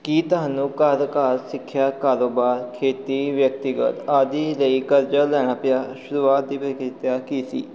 ਕੀ ਤੁਹਾਨੂੰ ਘਰ ਘਰ ਸਿੱਖਿਆ ਕਾਰੋਬਾਰ ਖੇਤੀ ਵਿਅਕਤੀਗਤ ਆਦਿ ਲਈ ਕਰਜ਼ਾ ਲੈਣਾ ਪਿਆ ਸ਼ੁਰੂਆਤ ਦੇ ਵਿੱਚ ਕੀਤਾ ਕੀ ਸੀ